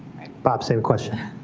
bob, same question.